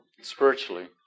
Spiritually